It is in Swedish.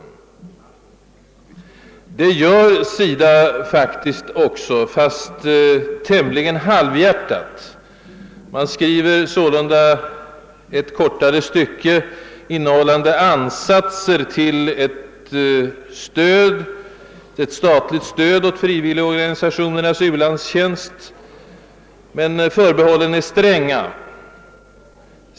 Det gör SIDA faktiskt också, fastän tämligen halvhjärtat. Man skriver sålunda ett kortare stycke i rapporten innehållande ansatser till principer för statligt stöd åt frivilligorganisationernas utlandstjänst. Men förbehållen är stränga.